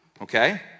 Okay